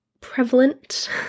prevalent